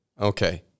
Okay